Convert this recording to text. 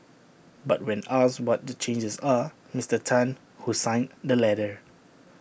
but when asked what the changes are Mister Tan who signed the letter